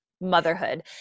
motherhood